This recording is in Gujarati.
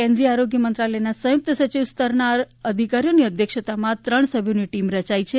કેન્દ્રીય આરોગ્ય મંત્રાલયમાં સંયુક્ત સયિવ સ્તરના અધિકારીઓની અધ્યક્ષતામાં ત્રણ સભ્યોની ટીમ રચાઈ છે